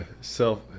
self